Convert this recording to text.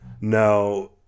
Now